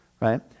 right